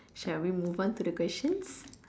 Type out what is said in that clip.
shall we move on to the questions